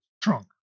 trunk